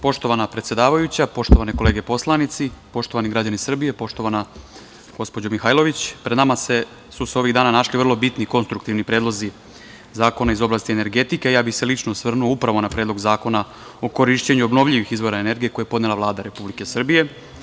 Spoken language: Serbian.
Poštovana predsedavajuća, poštovane kolege poslanici, poštovani građani Srbije, poštovana gospođo Mihajlović, pred nama su se ovih dana našli vrlo bitni konstruktivni predlozi zakona iz oblasti energetike, a ja bih se lično osvrnuo upravo na Predlog zakona o korišćenju obnovljivih izvora energije koji je podnela Vlada Republike Srbije.